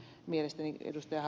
mielestäni ed